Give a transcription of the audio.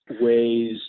ways